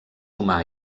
humà